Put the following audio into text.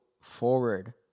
forward